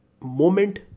moment